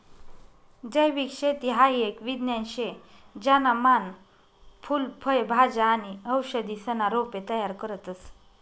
जैविक शेती हाई एक विज्ञान शे ज्याना मान फूल फय भाज्या आणि औषधीसना रोपे तयार करतस